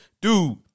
dude